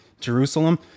jerusalem